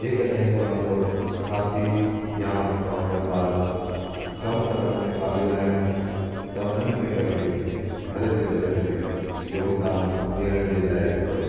जेकॾहिं तव्हांजो साथी या तव्हांजा ॿार कम करण में क़ाबिलु आहिनि त उन्हनि खे पंहिंजे घर जे बजट में योगदानु ॾियण जे लाइ चओ